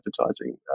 advertising